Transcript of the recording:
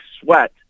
sweat